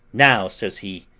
now, says he,